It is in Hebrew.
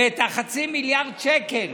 וה-0.5 מיליארד שקל